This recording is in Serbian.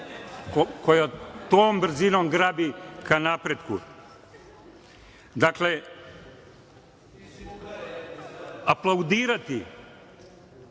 koja tom brzinom grabi ka napretku. Dakle, aplaudirati